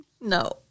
No